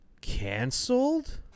canceled